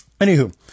Anywho